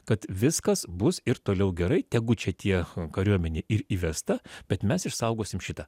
kad viskas bus ir toliau gerai tegu čia tie kariuomenė ir įvesta bet mes išsaugosim šitą